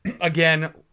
again